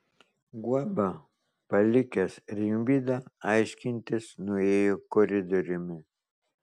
guoba palikęs rimvydą aiškintis nuėjo koridoriumi